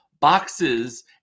boxes